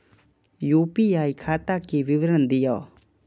UPI खाता के विवरण दिअ?